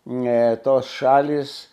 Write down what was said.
ne tos šalys